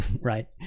right